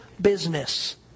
business